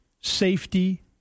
safety